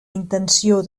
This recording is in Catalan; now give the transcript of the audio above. intenció